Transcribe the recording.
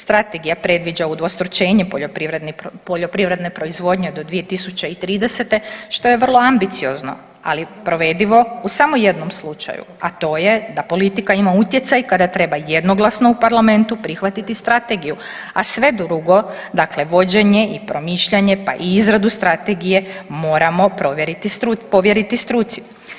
Strategija predviđa udvostručenje poljoprivredne proizvodnje do 2030., što je vrlo ambiciozno, ali provedivo u samo jednom slučaju, a to je da politika ima utjecaj kada treba jednoglasno u parlamentu prihvatiti strategiju, a sve drugo, dakle vođenje i promišljanje, pa i izradu strategije moramo povjeriti struci.